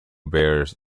bears